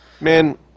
man